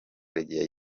karegeya